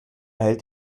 hält